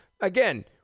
again